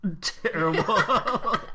terrible